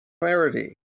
clarity